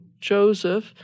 Joseph